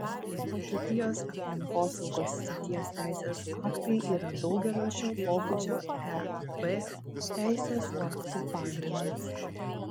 vokietijos aplinkosaugos srities teisės aktai yra daugelio šio pobūdžio eb teisės aktų pagrindas